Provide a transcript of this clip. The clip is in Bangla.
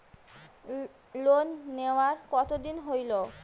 লোন নেওয়ার কতদিন হইল?